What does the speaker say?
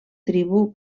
tribu